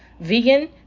vegan